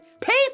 Peace